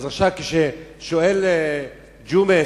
עכשיו כששואל ג'ומס,